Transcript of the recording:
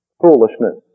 foolishness